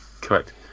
correct